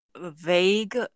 vague